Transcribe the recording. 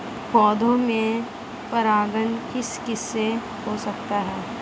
पौधों में परागण किस किससे हो सकता है?